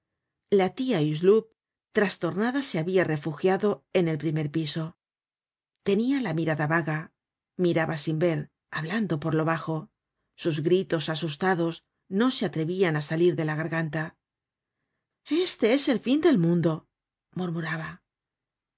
la tia hucheloup trastornada se habia refugiado en el primer piso tenia la mirada vaga miraba sin ver hablando por lo bajo sus gritos asustados no se atrevian á salir de la garganta este es el fin del mundo murmuraba